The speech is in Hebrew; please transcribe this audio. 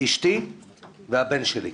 אשתי והבן שלי.